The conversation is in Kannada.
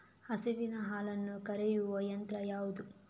ಹಸುವಿನ ಹಾಲನ್ನು ಕರೆಯುವ ಯಂತ್ರ ಯಾವುದು?